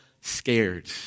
scared